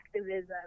activism